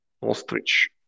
ostrich